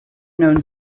known